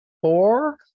Four